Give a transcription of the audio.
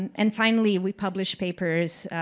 and and finally, we publish papers,